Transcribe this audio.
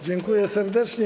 Dziękuję serdecznie.